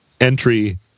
entry